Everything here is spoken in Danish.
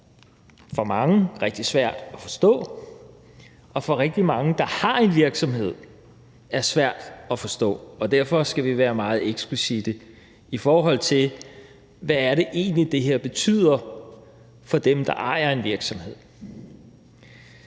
for mange er rigtig svært at forstå og for rigtig mange, der har en virksomhed, er svært at forstå. Derfor skal vi være meget eksplicitte om, hvad det her egentlig betyder for dem, der ejer en virksomhed.